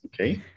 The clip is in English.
Okay